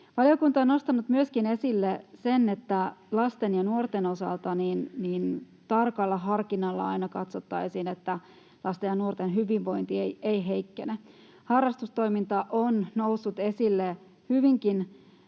Valiokunta on nostanut esille myöskin sen, että lasten ja nuorten osalta tarkalla harkinnalla aina katsottaisiin, että lasten ja nuorten hyvinvointi ei heikkene. Harrastustoiminta on noussut esille hyvinkin